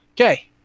Okay